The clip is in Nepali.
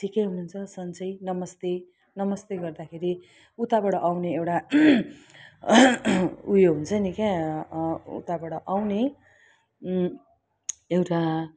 ठिकै हुनुहुन्छ सन्चै नमस्ते नमस्ते गर्दाखेरि उताबाट आउने एउटा ऊ यो हुन्छ नि क्या उताबाट आउने एउटा